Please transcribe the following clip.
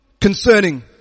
concerning